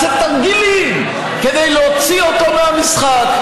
אנחנו נעשה תרגילים כדי להוציא אותו מהמשחק.